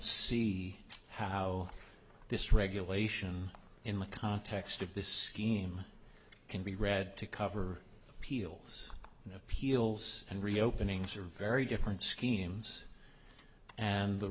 see how this regulation in the context of this scheme can be read to cover peals appeals and reopening serveti different schemes and the